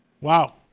Wow